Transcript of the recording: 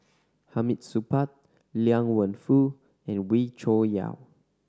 Hamid Supaat Liang Wenfu and Wee Cho Yaw